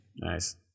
Nice